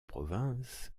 province